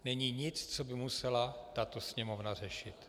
Není nic, co by musela tato Sněmovna řešit.